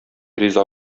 риза